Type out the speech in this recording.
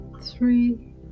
three